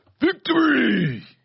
Victory